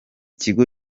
kigo